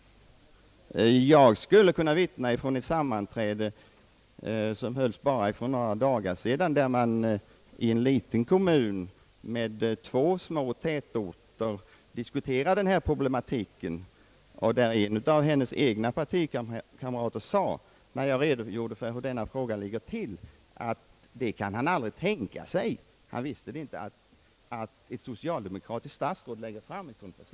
Jag skulle kunna vittna från ett sammanträde, som hölls för bara några dagar sedan i en liten kommun med två små tätorter. Man diskuterade denna problematik och en av statsrådet Odhnoffs egna partikamrater sade, när jag redogjorde för hur denna fråga låg till, att han inte kunde tänka sig att ett social demokratiskt statsråd skulle lägga fram ett sådant förslag.